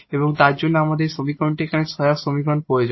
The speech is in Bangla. এবং তার জন্য আমাদের এই সমীকরণটি এখানে অক্সিলিয়ারি সমীকরণ প্রয়োজন